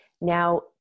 now